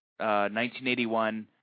1981